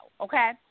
Okay